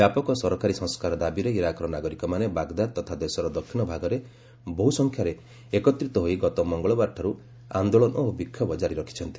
ବ୍ୟାପକ ସରକାରୀ ସଂସ୍କାର ଦାବିରେ ଇରାକର ନାଗରିକମାନେ ବାଗ୍ଦାଦ ତଥା ଦେଶର ଦକ୍ଷିଣ ଭାଗରେ ବହୁ ସଂଖ୍ୟାରେ ଏକତ୍ରିତ ହୋଇ ଗତ ମଙ୍ଗଳବାରଠାରୁ ଆନ୍ଦୋଳନ ଓ ବିକ୍ଷୋଭ ଜାରି ରଖିଛନ୍ତି